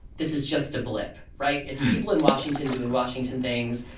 this is just a blip, right? it's people in washington doing washington things,